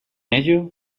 ello